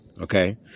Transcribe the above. Okay